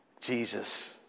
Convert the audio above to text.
Jesus